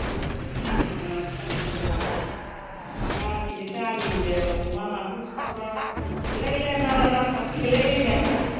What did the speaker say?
बेफोरथ' खम रसा नांनानै ख्लां ख्लां जादों गामिजों गामिनो अमा मासे सिथारबा थोलाय लाया नारा नाथा सेलायलायनानैनो